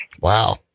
Wow